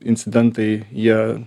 incidentai jie